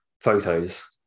photos